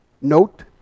Note